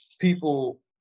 people